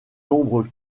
l’ombre